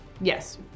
Yes